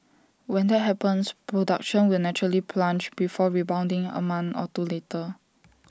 when that happens production will naturally plunge before rebounding A month or two later